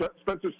Spencer